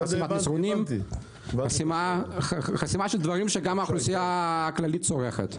חסימת מסרונים וחסימה של דברים שהאוכלוסייה הכללית צורכת.